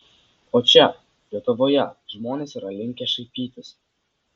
o čia lietuvoje žmonės yra linkę šaipytis